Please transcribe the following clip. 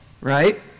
Right